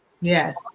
Yes